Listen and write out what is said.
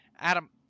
Adam